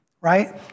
right